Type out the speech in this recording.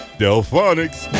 delphonics